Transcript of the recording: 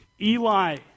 Eli